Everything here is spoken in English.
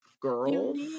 girls